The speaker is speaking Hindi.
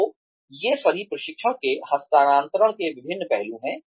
तो ये सभी प्रशिक्षण के हस्तांतरण के विभिन्न पहलू हैं